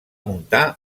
muntar